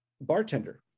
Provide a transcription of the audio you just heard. bartender